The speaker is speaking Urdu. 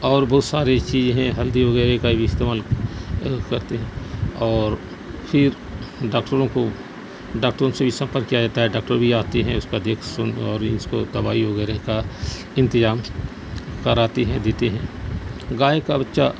اور بہت ساری چیز ہیں ہلدی وغیرہ کا بھی استعمال کرتے ہیں اور پھر ڈاکٹروں کو ڈاکٹروں سے بھی سمپرک کیا جاتا ہے ڈاکٹر بھی آتے ہیں اس کا دیکھ سن اور اس کو دوائی وغیرہ کا انتظام کراتی ہیں دیتے ہیں گائے کا بچہ